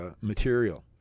material